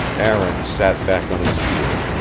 aaron sat back on his heels,